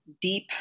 Deep